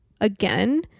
again